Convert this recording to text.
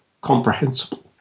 comprehensible